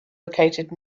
located